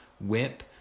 whip